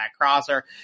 crosser